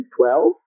Twelve